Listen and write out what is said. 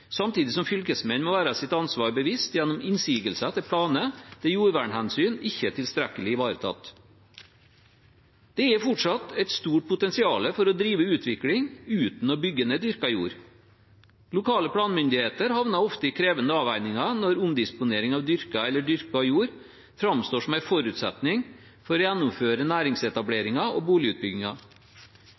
samtidig som fylkesmenn må være sitt ansvar bevisst gjennom innsigelser til planer der jordvernhensyn ikke er tilstrekkelig ivaretatt. Det er fortsatt et stort potensial for å drive utvikling uten å bygge ned dyrket jord. Lokale planmyndigheter havner ofte i krevende avveininger når omdisponering av dyrket eller dyrkbar jord framstår som en forutsetning for å gjennomføre næringsetableringen og